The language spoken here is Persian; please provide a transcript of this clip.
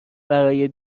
برای